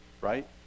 right